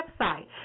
website